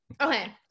Okay